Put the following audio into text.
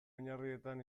oinarrietan